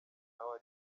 nawe